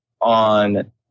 on